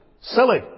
Silly